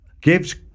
gives